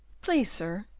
please, sir,